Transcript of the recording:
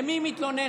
למי היא מתלוננת?